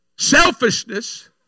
Selfishness